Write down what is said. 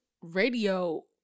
radio